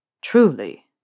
Truly